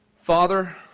Father